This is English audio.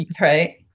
Right